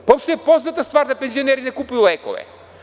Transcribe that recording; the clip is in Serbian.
Pa, opšte je poznata stvar da penzioneri ne kupuju lekove.